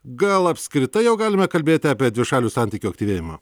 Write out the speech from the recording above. gal apskritai jau galime kalbėti apie dvišalių santykių aktyvėjimą